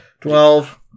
Twelve